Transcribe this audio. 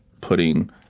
putting